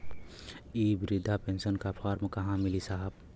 इ बृधा पेनसन का फर्म कहाँ मिली साहब?